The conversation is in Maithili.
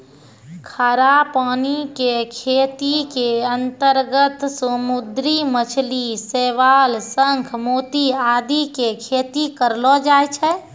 खारा पानी के खेती के अंतर्गत समुद्री मछली, शैवाल, शंख, मोती आदि के खेती करलो जाय छै